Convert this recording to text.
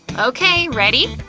okay, ready?